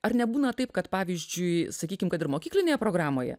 ar nebūna taip kad pavyzdžiui sakykim kad ir mokyklinėje programoje